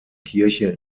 kirche